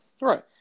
right